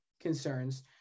concerns